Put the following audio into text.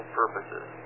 purposes